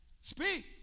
speak